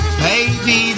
baby